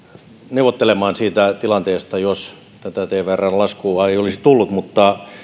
neuvottelemaan siitä tilanteesta jos tätä tvrn laskua ei olisi tullut mutta